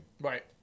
Right